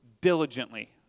diligently